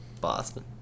Boston